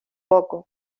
poco